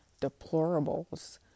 Deplorables